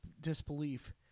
disbelief